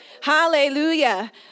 Hallelujah